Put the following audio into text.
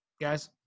guys